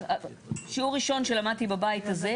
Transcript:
שיעור ראשון שלמדתי בבית הזה,